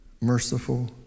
merciful